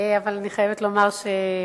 אבל אני חייבת לומר שפניתי